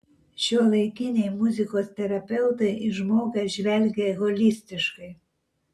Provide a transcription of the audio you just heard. šiuolaikiniai muzikos terapeutai į žmogų žvelgia holistiškai